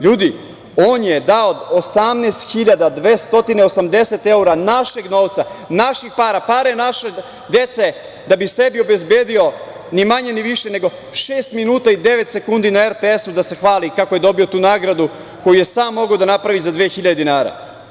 Ljudi, on je dao 18.280 evra našeg novca, naših para, pare naše dece, da bi sebe obezbedio, ni manje ni više nego šest minuta i devet sekundi na RTS-u da se hvali kako je dobio tu nagradu koju je sam mogao da napravi za 2.000 dinara.